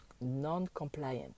non-compliant